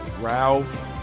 Ralph